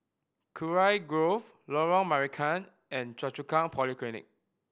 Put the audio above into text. Kurau Grove Lorong Marican and Choa Chu Kang Polyclinic